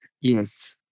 Yes